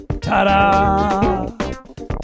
Ta-da